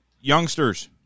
youngsters